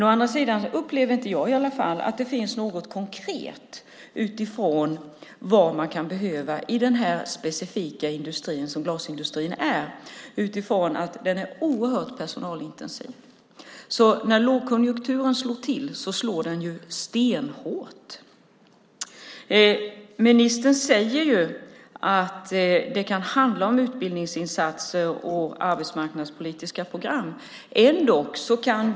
Å andra sidan upplever inte jag att det finns något konkret om vad man kan behöva i den speciella industri som glasindustrin är. Den är oerhört personalintensiv. När lågkonjunkturen slår till slår den stenhårt. Ministern säger att det kan handla om utbildningsinsatser och arbetsmarknadspolitiska program.